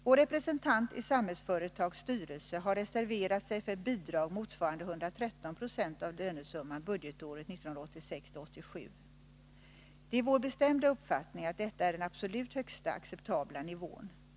Vår representant i Samhällsföretags styrelse har reserverat sig för ett bidrag motsvarande 113 26 av lönesumman budgetåret 1986/87. Det är vår bestämda uppfattning att detta är den absolut högsta acceptabla nivån.